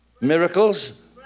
miracles